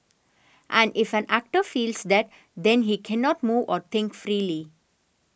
and if an actor feels that then he cannot move or think freely